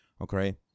okay